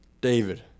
David